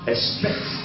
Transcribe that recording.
Expect